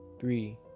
three